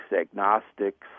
agnostics